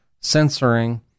censoring